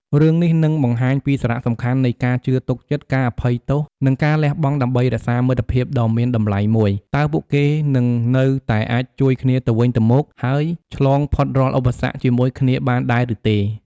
រឿងនេះនឹងបង្ហាញពីសារៈសំខាន់នៃការជឿទុកចិត្ត ការអភ័យទោស និងការលះបង់ដើម្បីរក្សាមិត្តភាពដ៏មានតម្លៃមួយ តើពួកគេនឹងនៅតែអាចជួយគ្នាទៅវិញទៅមក ហើយឆ្លងផុតរាល់ឧបសគ្គជាមួយគ្នាបានដែរឬទេ?